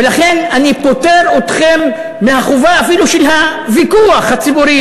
ולכן אני פוטר אתכם מהחובה אפילו של הוויכוח הציבורי